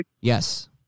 Yes